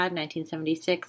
1976